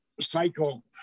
cycle